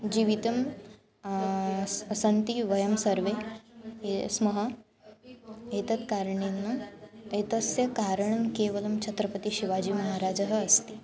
जीवितं स सन्ति वयं सर्वे ए स्मः एतत् कारणेन एतस्य कारणं केवलं छत्रपतिशिवाजीमहाराजः अस्ति